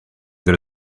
that